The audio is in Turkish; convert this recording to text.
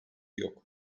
yok